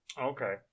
Okay